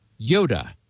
Yoda